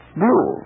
blue